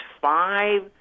five